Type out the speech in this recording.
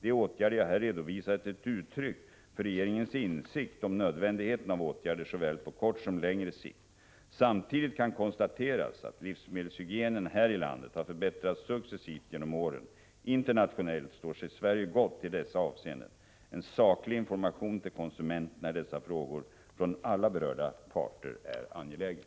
De åtgärder jag här redovisat är ett uttryck för regeringens insikt om nödvändigheten av åtgärder på såväl kort som längre sikt. Samtidigt kan konstateras att livsmedelshygienen här i landet har förbättrats successivt genom åren. Internationellt står sig Sverige gott i dessa avseenden. En saklig information till konsumenterna i dessa frågor från alla berörda parter är angelägen.